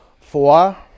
Four